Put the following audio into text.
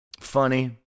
funny